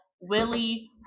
Willie